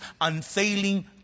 unfailing